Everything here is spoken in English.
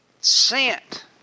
sent